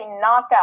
knockout